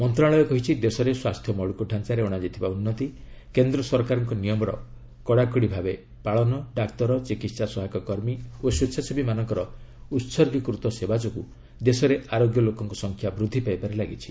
ମନ୍ତ୍ରଣାଳୟ କହିଛି ଦେଶରେ ସ୍ୱାସ୍ଥ୍ୟ ମୌଳିକଡାଞ୍ଚାରେ ଅଣାଯାଇଥିବା ଉନ୍ନତି କେନ୍ଦ୍ର ସରକାରଙ୍କ ନିୟମର କଡ଼ାକଡ଼ି ଭାବେ ପାଳନ ଡାକ୍ତର ଚିକିତ୍ସା ସହାୟକ କର୍ମୀ ଓ ସ୍ୱେଚ୍ଛାସେବୀମାନଙ୍କର ଉତ୍ତର୍ଗୀକୃତ ସେବା ଯୋଗୁଁ ଦେଶରେ ଆରୋଗ୍ୟ ଲୋକଙ୍କ ସଂଖ୍ୟା ବୃଦ୍ଧି ପାଇବାରେ ଲାଗିଛି